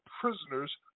prisoners